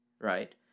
Right